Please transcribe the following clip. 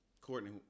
Courtney